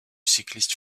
cycliste